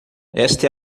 esta